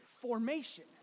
formation